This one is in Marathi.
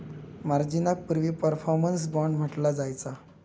मार्जिनाक पूर्वी परफॉर्मन्स बाँड म्हटला जायचा